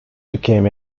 became